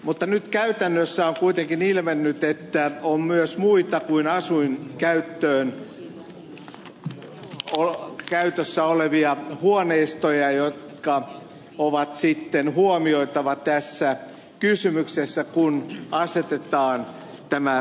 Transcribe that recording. mutta nyt käytännössä on kuitenkin ilmennyt että on myös muita kuin asuinkäytössä olevia huoneistoja jotka on sitten huomioitava tässä kysymyksessä kun asetetaan tämä maksuvelvoite